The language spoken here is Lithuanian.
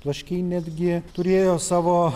plaškiai netgi turėjo savo